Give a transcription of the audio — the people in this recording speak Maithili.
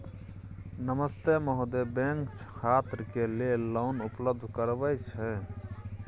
नमस्ते महोदय, बैंक छात्र के लेल लोन उपलब्ध करबे छै?